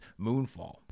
Moonfall